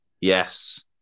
Yes